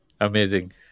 Amazing